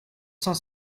cent